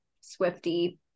Swifty